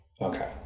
Okay